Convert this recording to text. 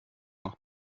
noch